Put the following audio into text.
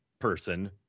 person